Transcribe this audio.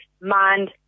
Mind